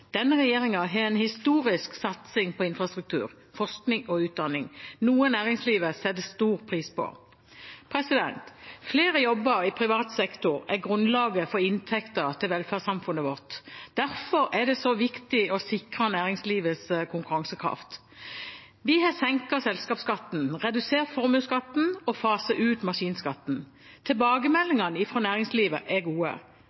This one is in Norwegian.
Denne regjeringen har en historisk satsing på infrastruktur, forskning og utdanning, noe næringslivet setter stor pris på. Flere jobber i privat sektor er grunnlaget for inntekter til velferdssamfunnet vårt. Derfor er det så viktig å sikre næringslivet konkurransekraft. Vi har senket selskapsskatten, redusert formuesskatten og faser ut maskinskatten. Tilbakemeldingene fra næringslivet er gode.